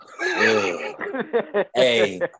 Hey